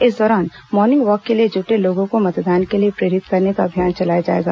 इस दौरान morning walk के लिए जुटे लोगों को मतदान के लिए प्रेरित करने का अभियान चलाया जाएगा